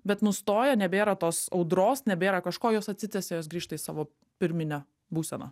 bet nustoja nebėra tos audros nebėra kažko jos atsitiesė jos grįžta į savo pirminę būseną